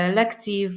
lekcji